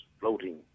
floating